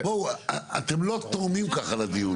אתם לא תורמים ככה לדיון.